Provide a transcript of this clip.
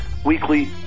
weekly